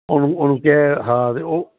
ਉਨੂੰ ਉਹਨੂੰ ਕਿਹਾ ਹਾਂ ਅਤੇ ਉਹ